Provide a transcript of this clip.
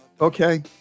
okay